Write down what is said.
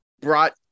brought –